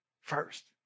first